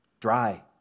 dry